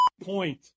point